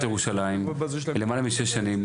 מעל 6 שנים,